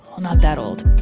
well, not that old